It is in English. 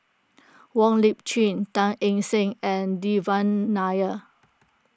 Wong Lip Chin Teo Eng Seng and Devan Nair